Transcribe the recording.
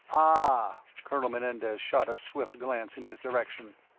ah! colonel menendez shot a swift glance in his direction.